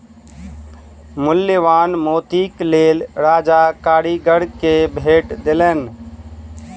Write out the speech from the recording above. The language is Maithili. मूल्यवान मोतीक लेल राजा कारीगर के भेट देलैन